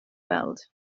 weld